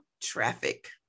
Traffic